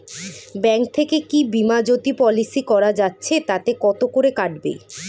Bank থেকে কী বিমাজোতি পলিসি করা যাচ্ছে তাতে কত করে কাটবে?